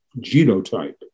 genotype